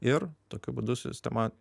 ir tokiu būdu sistema